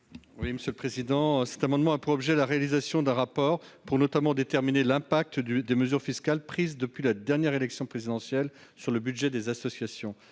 à M. Joël Guerriau. Cet amendement a pour objet la réalisation d'un rapport pour déterminer notamment l'impact des mesures fiscales prises depuis la dernière élection présidentielle sur le budget des associations.